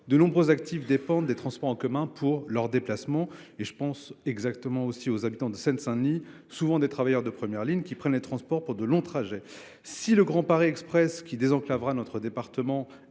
De nombreux actifs dépendent des transports en commun pour leurs déplacements. Je pense précisément aux habitants de Seine Saint Denis, souvent des travailleurs de première ligne, qui prennent les transports pour de longs trajets. Si le Grand Paris Express, qui désenclavera notre département,